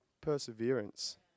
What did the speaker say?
Perseverance